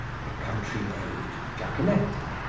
the country-maid jaquenetta,